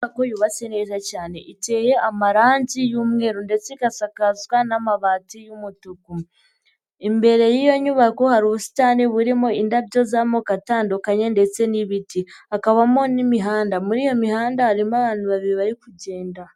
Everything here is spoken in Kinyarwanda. Inyubako yubatse neza cyane iteye amarangi y'umweru ndetse igasakazwa n'amabati y'umutuku, imbere y'iyo nyubako hari ubusitani burimo indabyo z'amoko atandukanye ndetse n'ibiti hakabamo n'imihanda muri iyo mihanda harimo abantu babiri bari kugenda.